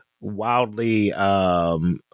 wildly